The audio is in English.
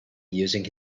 using